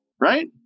right